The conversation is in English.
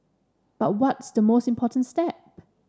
but what's the most important step